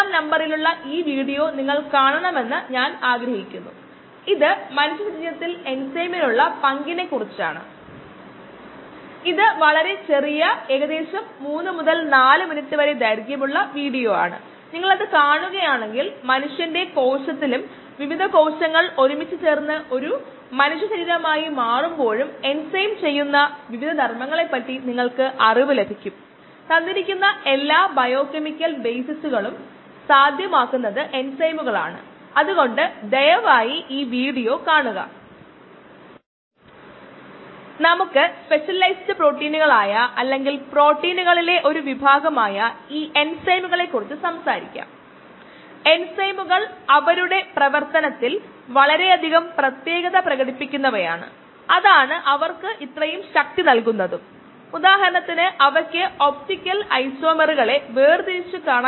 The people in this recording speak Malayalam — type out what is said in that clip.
V m K m എന്നിവ I എന്നതിന് ഒപ്പം വ്യത്യസ്തമായി മാറുന്നു അതായത് പല തരത്തിൽ ഉള്ള ഇൻഹിബിഷനു ആയിട്ടു